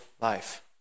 life